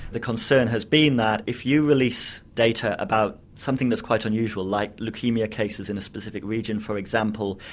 the concern has been that if you release data about something that's quite unusual, like leukaemia cases in a specific region, for example,